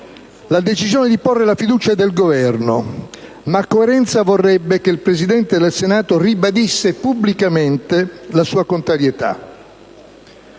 La decisione di porre la fiducia è del Governo, ma coerenza vorrebbe che il Presidente del Senato ribadisse pubblicamente la sua contrarietà.